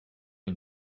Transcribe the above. une